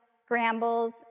scrambles